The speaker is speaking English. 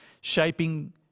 Shaping